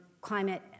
climate